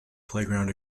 playground